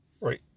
right